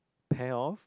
pair of